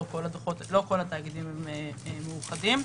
לא כל התאגידים מאוחדים.